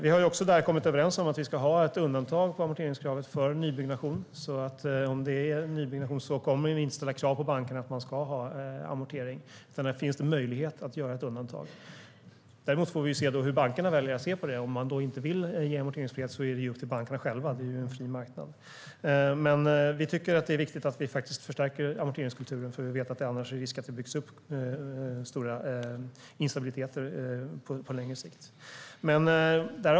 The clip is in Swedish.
Vi har också kommit överens om att vi ska ha ett undantag i amorteringskravet för nybyggnation. Vid nybyggnation kommer det inte att ställas krav på bankerna att man ska ha amortering. Det finns möjlighet att göra ett undantag för det. Däremot får vi se hur bankerna väljer att se på det. Det är upp till bankerna själva om de vill ge amorteringsfrihet eller inte. Det är en fri marknad. Vi tycker dock att det viktigt att förstärka amorteringskulturen. Annars finns det risk för att det byggs upp stora instabiliteter på längre sikt.